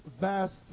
vast